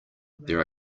there